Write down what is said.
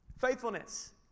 Faithfulness